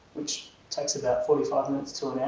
which takes about forty five minutes to